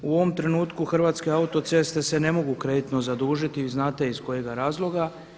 U ovom trenutku Hrvatske autoceste se ne mogu kreditno zadužiti, vi znate iz kojega razloga.